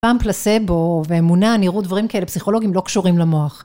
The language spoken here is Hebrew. פעם פלסבו ואמונה נראו דברים כאלה, פסיכולוגים לא קשורים למוח.